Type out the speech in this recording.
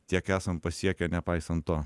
tiek esam pasiekę nepaisant to